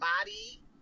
body